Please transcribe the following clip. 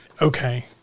Okay